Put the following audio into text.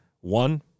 one